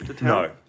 no